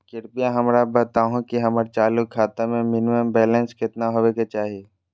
कृपया हमरा बताहो कि हमर चालू खाता मे मिनिमम बैलेंस केतना होबे के चाही